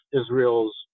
Israel's